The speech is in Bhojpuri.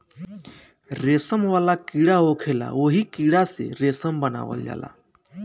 रेशम वाला कीड़ा होखेला ओही कीड़ा से रेशम बनावल जाला